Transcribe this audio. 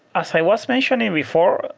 as i was mentioning before,